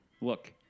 Look